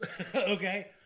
Okay